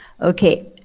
Okay